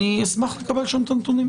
אשמח לקבל שם את הנתונים.